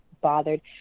bothered